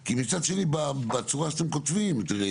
כי מצד שני בצורה שאתם כותבים תראי,